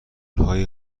های